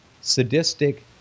sadistic